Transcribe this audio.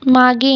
मागे